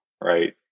right